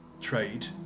trade